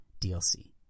DLC